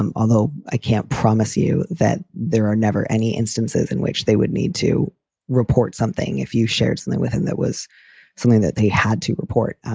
um although i can't promise you that there are never any instances in which they would need to report something if you shared something with him. that was something that they had to report.